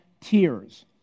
tears